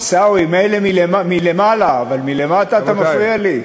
עיסאווי, מילא למעלה, אבל למטה אתה מפריע לי?